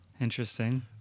Interesting